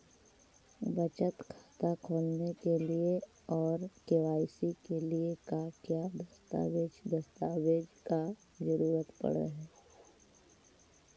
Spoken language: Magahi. बचत खाता खोलने के लिए और के.वाई.सी के लिए का क्या दस्तावेज़ दस्तावेज़ का जरूरत पड़ हैं?